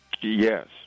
Yes